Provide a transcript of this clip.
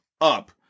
up